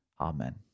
Amen